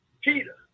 Peter